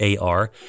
AR